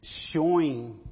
showing